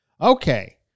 Okay